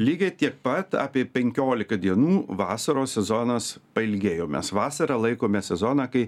lygiai tiek pat apie penkiolika dienų vasaros sezonas pailgėjo mes vasarą laikome sezoną kai